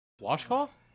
Washcloth